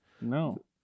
No